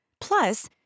Plus